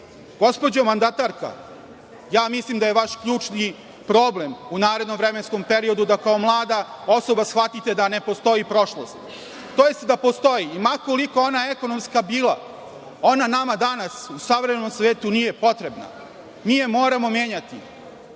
mandatarka, ja mislim da je vaš ključni problem u narednom vremenskom periodu da kao mlada osoba shvatite da ne postoji prošlost, tj. da postoji, ma koliko ona ekonomska bila, ona nama danas u savremenom svetu nije potrebna, mi je moramo menjati.